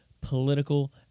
political